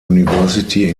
university